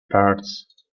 parts